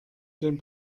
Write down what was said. den